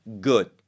good